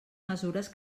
mesures